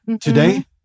today